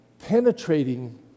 penetrating